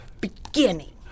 beginning